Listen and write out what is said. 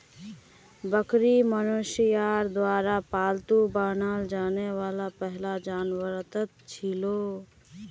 बकरी मनुष्यर द्वारा पालतू बनाल जाने वाला पहला जानवरतत छिलो